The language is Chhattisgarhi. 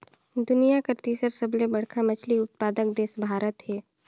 दुनिया कर तीसर सबले बड़खा मछली उत्पादक देश भारत हे